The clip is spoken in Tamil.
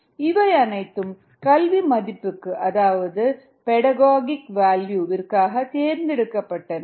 இவை அனைத்தும் கல்வி மதிப்புக்கு அதாவது பெடகாகிக் வேல்யூ விற்காக தேர்ந்தெடுக்கப்பட்டன